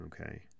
Okay